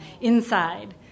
inside